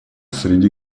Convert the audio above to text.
среди